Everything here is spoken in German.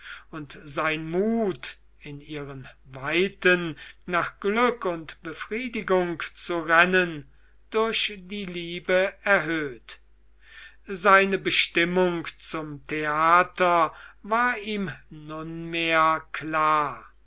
und sein mut in ihren weiten nach glück und befriedigung zu rennen durch die liebe erhöht seine bestimmung zum theater war ihm nunmehr klar